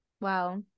Wow